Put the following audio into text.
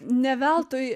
ne veltui